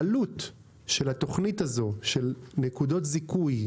העלות של התוכנית הזו של נקודות זיכוי,